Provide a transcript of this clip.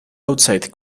outside